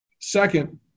Second